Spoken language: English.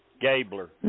Gabler